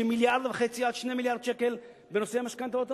1.5 מיליארד עד 2 מיליארד שקלים בנושא המשכנתאות המוכוונות.